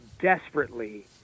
desperately